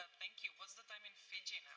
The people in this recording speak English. thank you. what's the time in fiji